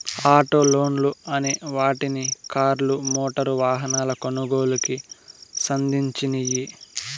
auto లోన్లు అనే వాటిని కార్లు, మోటారు వాహనాల కొనుగోలుకి సంధించినియ్యి